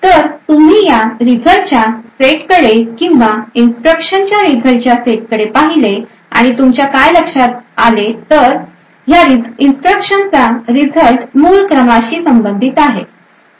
तर तुम्ही या रिझल्टच्या सेट कडे किंवा इन्स्ट्रक्शनच्या रिझल्टच्या सेटकडे पाहिले आणि तुमच्या काय लक्षात आले की ह्या इन्स्ट्रक्शनचा रिझल्ट मूळ क्रमाशी संबंधित आहे